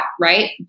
right